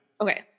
Okay